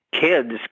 kids